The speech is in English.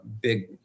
big